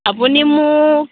আপুনি মোক